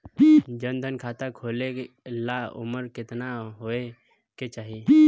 जन धन खाता खोले ला उमर केतना होए के चाही?